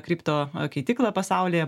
kripto keitykla pasaulyje